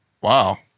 Wow